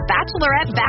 Bachelorette